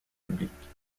publiques